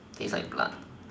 taste like blood